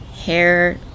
hair